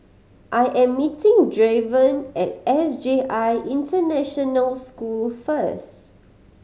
I am meeting Draven at S J I International School first